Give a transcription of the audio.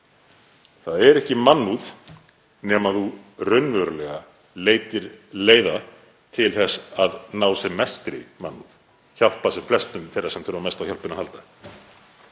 Það er ekki mannúð nema þú raunverulega leitir leiða til þess að ná sem mestri mannúð, hjálpa sem flestum þeirra sem þurfa mest á hjálp að halda.